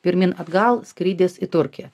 pirmyn atgal skrydis į turkiją